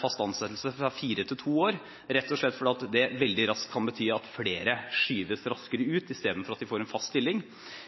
fast ansettelse, fra fire til to år, rett og slett fordi det veldig raskt kan bety at flere skyves raskere ut, istedenfor at de får en fast stilling.